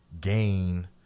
gain